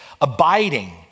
Abiding